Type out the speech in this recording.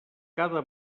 cada